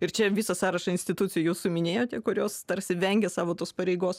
ir čia visą sąrašą institucijų jūs jau minėjote kurios tarsi vengia savo tos pareigos